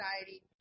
anxiety